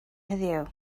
heddiw